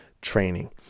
training